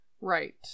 Right